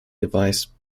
device